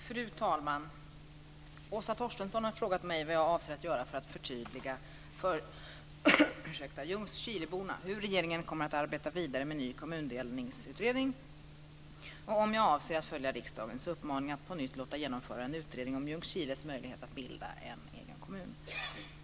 Fru talman! Åsa Torstensson har frågat mig vad jag avser att göra för att förtydliga för Ljungskileborna hur regeringen kommer att arbeta vidare med ny kommundelningsutredning och om jag avser att följa riksdagens uppmaning att på nytt låta genomföra en utredning om Ljungskiles möjlighet att bilda en egen kommun.